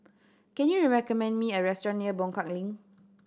can you recommend me a restaurant near Buangkok Link